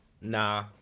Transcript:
Nah